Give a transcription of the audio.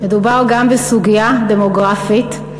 מדובר גם בסוגיה דמוגרפית.